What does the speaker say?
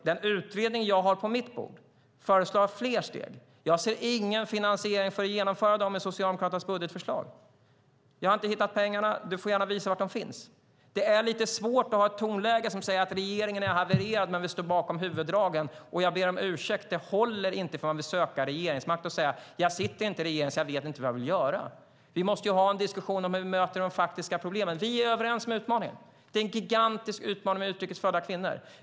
Den utredning jag har på mitt bord föreslår fler steg. Jag ser ingen finansiering för att genomföra dem i Socialdemokraternas budgetförslag. Jag har inte hittat pengarna. Du får gärna visa var de finns. Det är lite svårt att säga att regeringen har havererat men vi står bakom huvuddragen. Jag ber om ursäkt, men om man vill söka regeringsmakten håller det inte att säga: Jag sitter inte i regeringen, så jag vet inte vad jag vill göra. Vi måste föra en diskussion om hur vi möter de faktiska problemen. Vi är överens om utmaningen. De utrikes födda kvinnorna är en gigantisk utmaning.